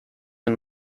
and